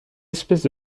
espèces